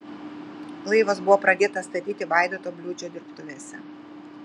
laivas buvo pradėtas statyti vaidoto bliūdžio dirbtuvėse